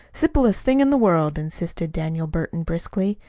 simplest thing in the world, insisted daniel burton brusquely.